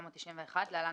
התשנ"א-1991 (להלן,